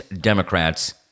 Democrats